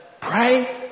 pray